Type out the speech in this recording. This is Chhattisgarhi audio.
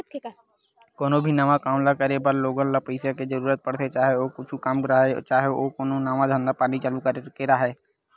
कोनो भी नवा काम ल करे बर लोगन ल पइसा के जरुरत पड़थे, चाहे ओ कुछु काम राहय, चाहे ओ कोनो नवा धंधा पानी चालू करे के राहय